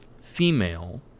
female